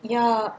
ya